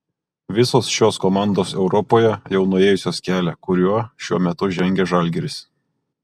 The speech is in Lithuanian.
visos šios komandos europoje jau nuėjusios kelią kuriuo šiuo metu žengia žalgiris